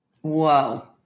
Whoa